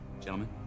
gentlemen